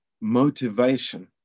motivation